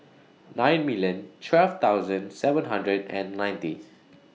nine million twelve thousand seven hundred and nineties